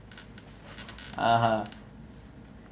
(uh huh)